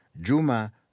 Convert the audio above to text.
Juma